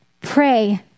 Pray